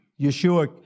Yeshua